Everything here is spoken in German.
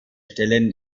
stellen